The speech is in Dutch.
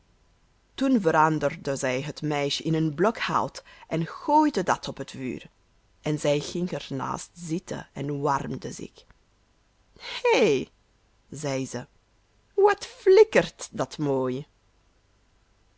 toen veranderde zij het meisje in een blok hout en gooide dat op het vuur en zij ging er naast zitten en warmde zich hé zei ze wat flikkert dat mooi